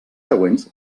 següents